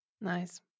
Nice